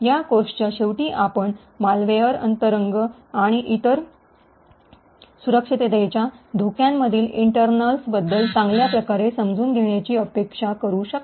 या कोर्सच्या शेवटी आपण मालवेयर अंतरंग आणि इतर सुरक्षिततेच्या धोक्यांमधील इंटर्नल्सबद्दल चांगल्या प्रकारे समजून घेण्याची अपेक्षा करू शकता